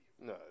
no